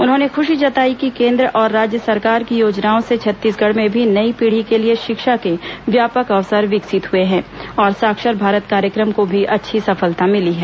उन्होंने खुशी जताई कि केन्द्र और राज्य सरकार की योजनाओं से छत्तीसगढ़ में भी नई पीढ़ी के लिए शिक्षा के व्यापक अवंसर विकसित हुए हैं और साक्षर भारत कार्यक्रम को भी अच्छी सफलता मिली है